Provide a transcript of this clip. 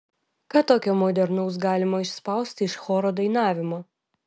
ką tokio modernaus galima išspausti iš choro dainavimo